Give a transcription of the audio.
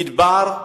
מדבר,